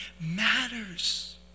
matters